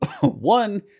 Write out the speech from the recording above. One